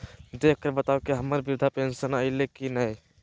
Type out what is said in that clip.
देख कर बताहो तो, हम्मर बृद्धा पेंसन आयले है की नय?